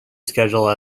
schedule